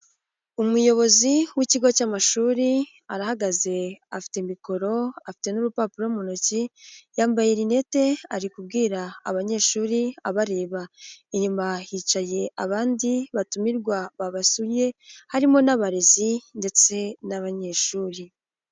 Umuyobozi w'ikigo cy'amashuri, arahagaze, afite mikoro, afite n'urupapuro mu ntoki, yambaye rinete, ari kubwira abanyeshuri abareba. Inyuma hicaye abandi batumirwa babasuye, harimo n'abarezi ndetse n'abanyeshuri.